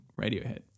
Radiohead